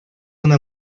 una